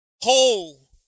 whole